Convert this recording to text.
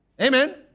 Amen